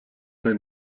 cinq